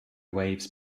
waves